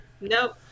Nope